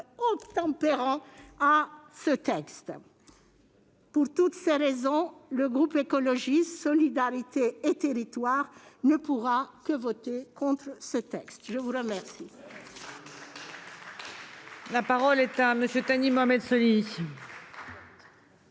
obtempérant à ce texte. Pour toutes ces raisons, le groupe Écologiste - Solidarité et Territoires ne pourra que voter contre ce texte. La parole